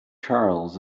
charles